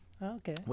Okay